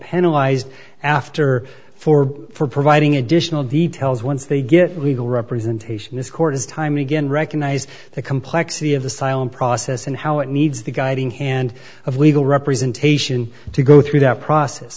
penalize after four for providing additional details once they get weevil representation this court has time again recognize the complexity of asylum process and how it needs the guiding hand of legal representation to go through that process